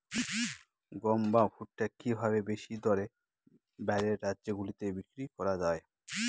গম বা ভুট্ট কি ভাবে বেশি দরে বাইরের রাজ্যগুলিতে বিক্রয় করা য়ায়?